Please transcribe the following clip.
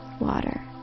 water